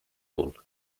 all